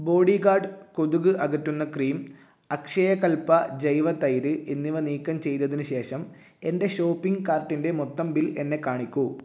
bodyguard കൊതുക് അകറ്റുന്ന cream Akshayakalpa ജൈവ തൈര് എന്നിവ നീക്കം ചെയ്തതിന് ശേഷം എന്റെ ഷോപ്പിംഗ് കാർട്ടിന്റെ മൊത്തം ബിൽ എന്നെ കാണിക്കൂ